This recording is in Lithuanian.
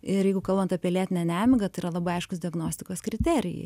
ir jeigu kalbant apie lėtinę nemigą tai yra labai aiškūs diagnostikos kriterijai